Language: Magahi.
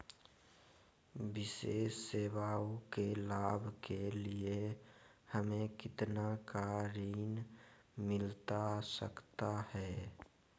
विशेष सेवाओं के लाभ के लिए हमें कितना का ऋण मिलता सकता है?